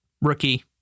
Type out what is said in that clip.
Rookie